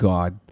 God